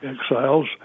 exiles